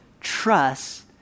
trust